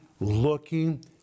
looking